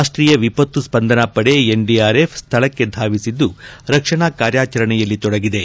ರಾಷ್ಟೀಯ ವಿಪತ್ತು ಸ್ಪಂದನಾ ಪಡೆ ಎನ್ಡಿಆರ್ಎಫ್ ಸ್ವಳಕ್ಕೆ ಧಾವಿಸಿದ್ದು ರಕ್ಷಣಾ ಕಾರ್ಯಾಚರಣೆಯಲ್ಲಿ ತೊಡಗಿದೆ